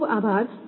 ખુબ ખુબ આભાર